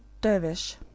dervish